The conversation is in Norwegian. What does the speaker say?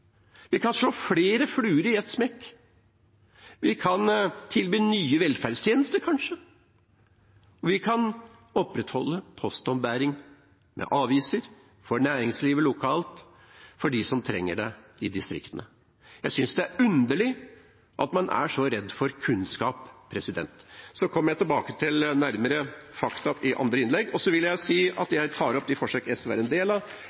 Vi kan slå flere fluer i en smekk. Vi kan kanskje tilby nye velferdstjenester. Vi kan opprettholde postombæring av aviser for næringslivet lokalt og for dem som trenger det i distriktene. Jeg syns det er underlig at man er så redd for kunnskap. Jeg kommer tilbake til nærmere fakta i andre innlegg. SV vil stemme subsidiært for Arbeiderpartiets forslag, hvis det fremmes. Neste talar er